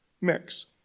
mix